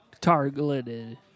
Targeted